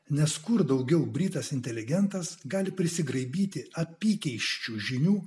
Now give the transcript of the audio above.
nes kur daugiau britas inteligentas gali prisigraibyti apykeisčių žinių